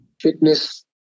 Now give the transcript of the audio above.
fitness